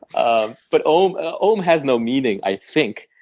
um but ohm ah ohm has no meaning, i think.